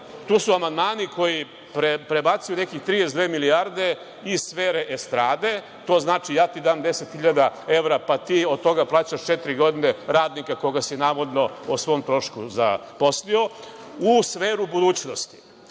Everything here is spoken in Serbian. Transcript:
tu su amandmani koji prebacuju nekih 32 milijarde iz sfere estrade, to znači ja ti dam 10.000 evra, pa ti od toga plaćaš četiri godine radnika koga si navodno o svom trošku zaposlio, u sferu budućnosti.